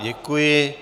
Děkuji.